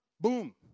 Boom